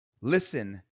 Listen